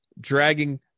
dragging